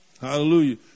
Hallelujah